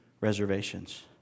reservations